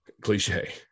Cliche